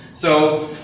so,